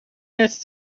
this